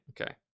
okay